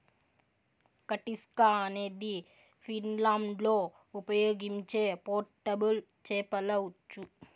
కటిస్కా అనేది ఫిన్లాండ్లో ఉపయోగించే పోర్టబుల్ చేపల ఉచ్చు